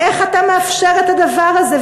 איך אתה מאפשר את הדבר הזה?